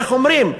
איך אומרים,